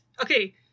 okay